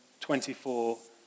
24